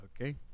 okay